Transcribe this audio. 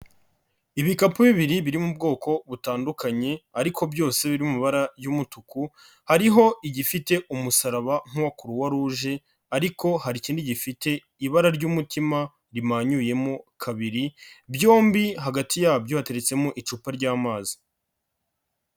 Ibikapu bibiri biri mu ubwoko butandukanye ariko byose biri mu mabara y'umutuku, hariho igifite umusaraba nk'uwa Croix rouge ariko hari ikindi gifite ibara ry'umutima rimanyuyemo kabiri, byombi hagati yabyo hateretsemo icupa ry'amazi.